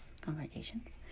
congregations